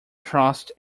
crossed